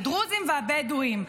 הדרוזים והבדואים.